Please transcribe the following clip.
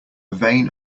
vane